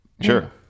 sure